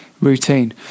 routine